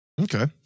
Okay